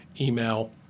email